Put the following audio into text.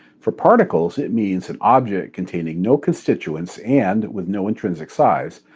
for particles, it means an object containing no constituents and with no intrinsic size,